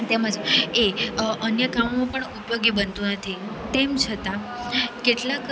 તેમજ એ અન્ય કામોમાં પણ ઉપયોગી બનતું નથી તેમ છતાં કેટલાક